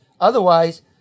otherwise